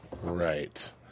Right